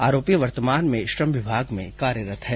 आरोपी वर्तमान में श्रम विभाग में कार्यरत है